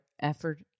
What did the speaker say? effort